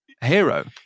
hero